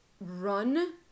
run